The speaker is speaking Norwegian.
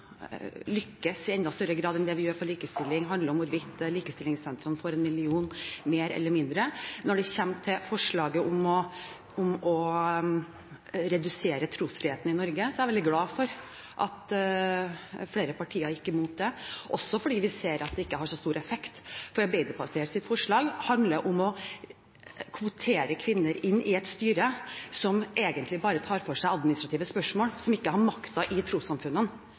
lykkes i enda større grad enn det vi gjør på likestilling, handler om hvorvidt likestillingssentrene får en million mer eller mindre. Når det kommer til forslaget om å redusere trosfriheten i Norge, er jeg veldig glad for at flere partier gikk imot det, også fordi vi ser at det ikke har så stor effekt. Arbeiderpartiets forslag handler om å kvotere kvinner inn i et styre som egentlig bare tar for seg administrative spørsmål, og ikke har makten i trossamfunnene.